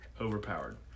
Overpowered